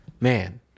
man